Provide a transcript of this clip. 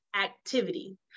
activity